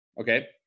okay